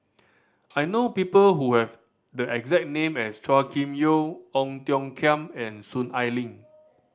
I know people who have the exact name as Chua Kim Yeow Ong Tiong Khiam and Soon Ai Ling